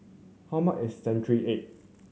how much is century egg